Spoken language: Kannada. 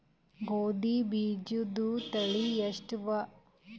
ಗೋಧಿ ಬೀಜುದ ತಳಿ ಎಷ್ಟವ?